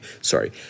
Sorry